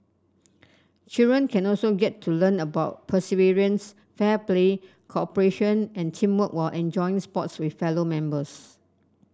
children can also get to learn about perseverance fair play cooperation and teamwork while enjoying sports with fellow members